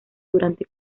durante